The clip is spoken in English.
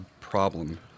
problem